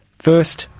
first,